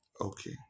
Okay